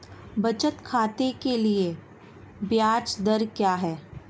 बचत खाते के लिए ब्याज दर क्या है?